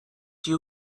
you